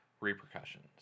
repercussions